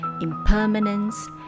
impermanence